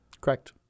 Correct